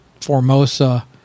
Formosa